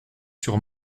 sur